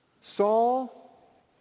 Saul